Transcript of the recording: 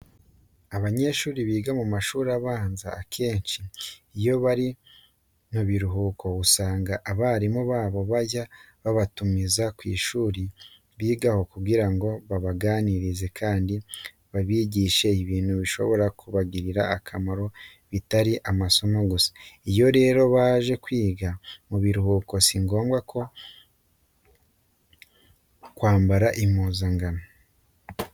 Abanyeshuri biga mu mashuri abanza akenshi iyo bari mu biruhuko usanga abarimu babo bajya babatumiza ku ishuri bigaho kugira ngo babaganirize kandi babigishe ibintu bishobora kubagirira akamaro bitari amasomo gusa. Iyo rero baje kwiga mu biruhuko si ngombwa kwambara impuzankano.